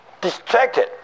distracted